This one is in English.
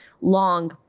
long